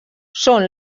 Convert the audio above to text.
són